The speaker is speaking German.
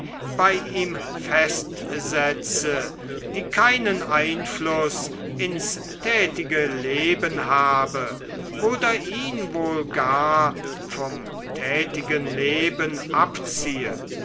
bei ihm festsetze die keinen einfluß ins tätige leben habe oder ihn wohl gar vom tätigen leben abziehe